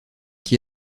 qui